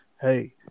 hey